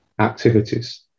activities